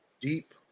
deep